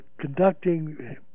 conducting